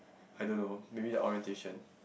I don't know maybe the orientation